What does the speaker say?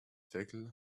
fekl